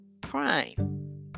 Prime